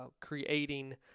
creating